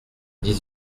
dix